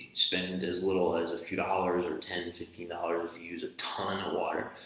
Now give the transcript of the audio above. spend as little as a few dollars or ten fifty dollars to use a ton of water.